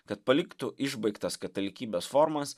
kad paliktų išbaigtas katalikybės formas